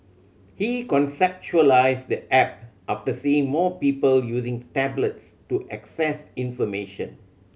he conceptualised the app after seeing more people using tablets to access information